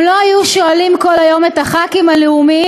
הם לא היו שואלים כל היום את הח"כים הלאומיים: